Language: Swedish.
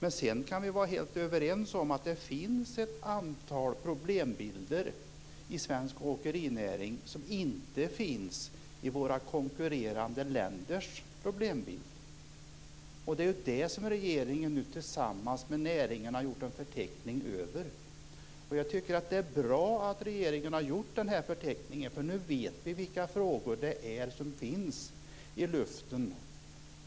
Vi kan vara helt överens om att det finns ett antal problembilder i svensk åkerinäring som inte finns i våra konkurrerande länders problembild. Det är det som regeringen tillsammans med näringen har gjort en förteckning över. Det är bra att regeringen har gjort förteckningen. Då vet vi vilka frågor som finns i luften.